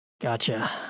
Gotcha